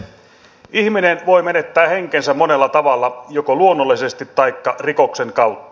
ihminen voi menettää henkensä monella tavalla joko luonnollisesti taikka rikoksen kautta